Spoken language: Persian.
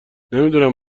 نمیدونم